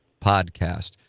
podcast